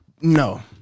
No